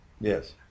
Yes